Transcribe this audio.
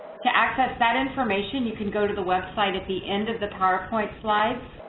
to access that information, you can go to the website at the end of the powerpoint slides.